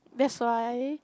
that's why